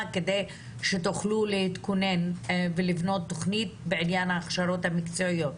כדי שתוכלו להתכונן ולבנות תוכנית בעניין ההכשרות המקצועיות.